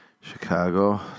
Chicago